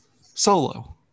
Solo